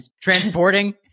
transporting